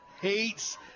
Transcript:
hates